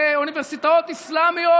באוניברסיטאות אסלאמיות,